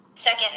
second